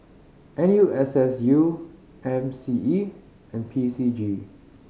N U S S U M C E and P C G